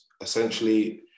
essentially